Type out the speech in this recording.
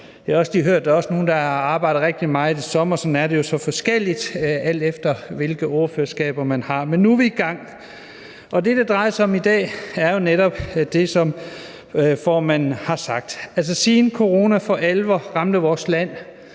at der er nogle, der har arbejdet rigtig meget i sommer, og sådan er det jo så forskelligt, alt efter hvilke ordførerskaber man har. Men nu er vi i gang. Det, det drejer sig om i dag, er netop sagt af formanden. Siden corona for alvor ramte vores land